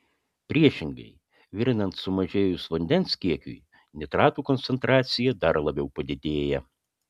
priešingai virinant sumažėjus vandens kiekiui nitratų koncentracija dar labiau padidėja